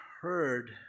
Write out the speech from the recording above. heard